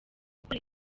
gukora